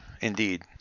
Indeed